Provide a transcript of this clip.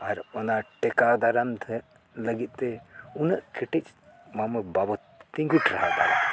ᱟᱨ ᱚᱱᱟ ᱴᱮᱠᱟᱣ ᱫᱟᱨᱟᱢ ᱞᱟᱹᱜᱤᱫ ᱛᱮ ᱩᱱᱟᱹᱜ ᱠᱟᱹᱴᱤᱡ ᱵᱟᱵᱚᱛ ᱛᱤᱸᱜᱩ ᱴᱟᱨᱦᱟᱣ ᱫᱟᱲᱮᱭᱟᱜᱼᱟ